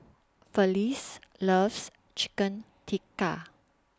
Felice loves Chicken Tikka